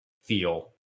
feel